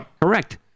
Correct